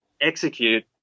execute